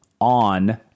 on